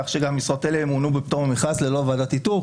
כך שגם משרות אלה ימונו בפטור ממכרז ללא ועדת איתור.